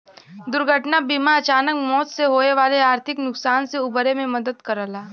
दुर्घटना बीमा अचानक मौत से होये वाले आर्थिक नुकसान से उबरे में मदद करला